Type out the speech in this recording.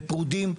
לפרודים,